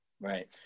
Right